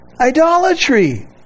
idolatry